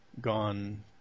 gone